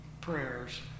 prayers